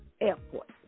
airport